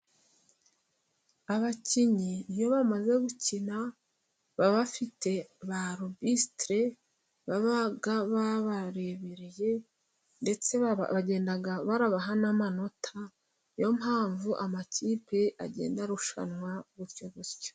Abakinnyi iyo bamaze gukina, baba bafite ba arubitire baba babarebereye ndetse bagenda babaha n'amanota. Niyo mpamvu amakipe agenda arushanwa gutyo gutyo.